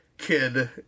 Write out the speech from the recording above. Kid